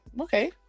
okay